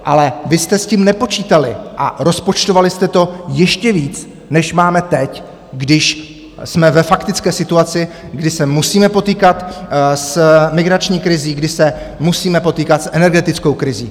Ale vy jste s tím nepočítali a rozpočtovali jste to ještě víc, než máme teď, když jsme ve faktické situaci, kdy se musíme potýkat s migrační krizí, kdy se musíme potýkat s energetickou krizí.